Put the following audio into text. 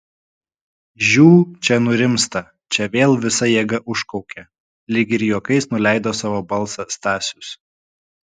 žiū čia nurimsta čia vėl visa jėga užkaukia lyg ir juokais nuleido savo balsą stasius